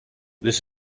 this